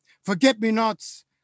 Forget-me-nots